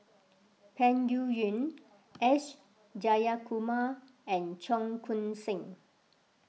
Peng Yuyun S Jayakumar and Cheong Koon Seng